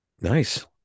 Nice